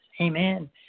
Amen